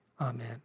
Amen